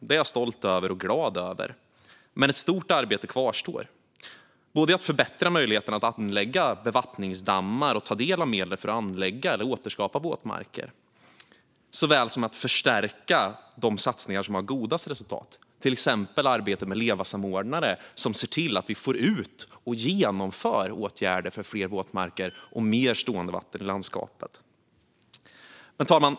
Det är jag stolt och glad över, men ett stort arbete kvarstår, både när det gäller att förbättra möjligheterna att anlägga bevattningsdammar och ta del av medel för att anlägga våtmarker och för att förstärka satsningar med de godaste resultaten, till exempel arbetet med LEVA-samordnare som ser till att vi får ut och genomför åtgärder för fler våtmarker och mer stående vatten i landskapet. Fru talman!